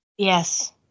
Yes